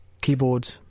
Keyboard